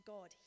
God